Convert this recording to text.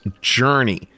Journey